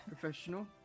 Professional